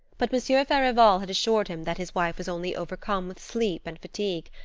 but monsieur farival had assured him that his wife was only overcome with sleep and fatigue,